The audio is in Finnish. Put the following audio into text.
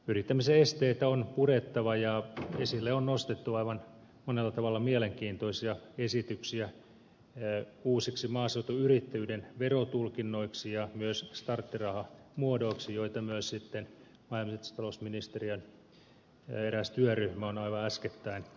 yrittämisen esteitä on purettava ja esille on nostettu monella tavalla aivan mielenkiintoisia esityksiä uusiksi maaseutuyrittäjyyden verotulkinnoiksi ja myös starttirahamuodoiksi joita myös sitten maa ja metsätalousministeriön eräs työryhmä on aivan äskettäin esittänyt